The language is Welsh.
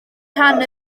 rhan